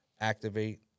activate